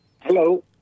Hello